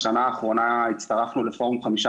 בשנה האחרונה הצטרפנו לפורום חמישה